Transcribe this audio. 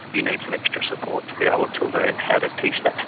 you need some extra support to be able to learn how to teach that